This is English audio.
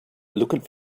looking